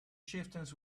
chieftains